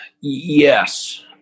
Yes